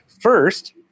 First